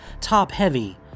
top-heavy